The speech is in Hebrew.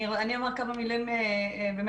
אני אגיד כמה מילות רקע,